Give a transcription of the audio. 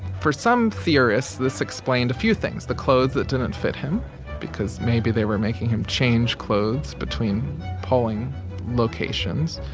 for some theorists this explained a few things the clothes that didn't fit him because maybe they were making him change clothes between polling locations